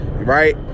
right